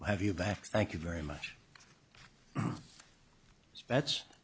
so thank you very much that's